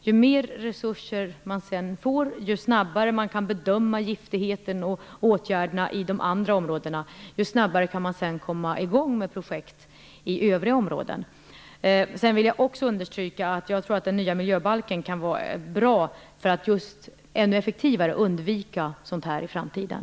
Ju mer resurser man sedan får, ju snabbare man kan bedöma giftigheten och åtgärderna i de andra områdena desto snabbare kan man sedan komma i gång med projekt i övriga områden. Jag vill understryka att jag tror att den nya miljöbalken kan vara bra för att ännu effektivare undvika sådant här i framtiden.